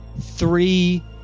three